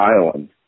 island